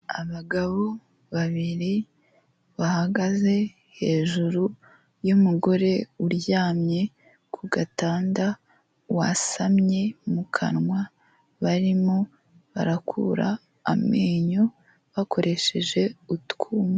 Abagabo babiri bahagaze hejuru y'umugore uryamye ku gatanda, wasamye mu kanwa barimo barakura amenyo bakoresheje utwuma.